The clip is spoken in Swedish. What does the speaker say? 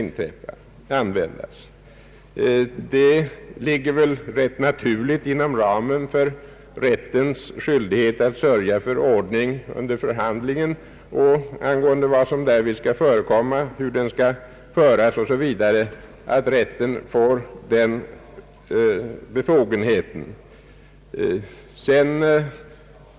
En sådan befogenhet ligger väl rätt naturligt inom ramen för rättens skyldighet att sörja för ordning under förhandlingen och angående vad som därvid skall förekomma, hur förhandlingen skall föras 0. s. v.